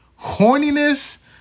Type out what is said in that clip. horniness